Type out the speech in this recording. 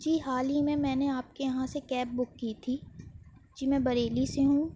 جی حال ہی میں میں نے آپ کے یہاں سے کیب بک کی تھی جی میں بریلی سے ہوں